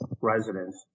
residents